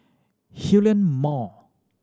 Hillion Mall